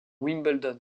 wimbledon